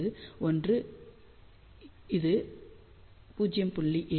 இது 1 இது 0